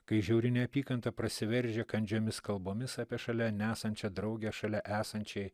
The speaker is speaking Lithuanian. kai žiauri neapykanta prasiveržia kandžiomis kalbomis apie šalia neesančią draugę šalia esančiai